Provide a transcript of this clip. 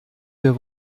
wir